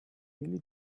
really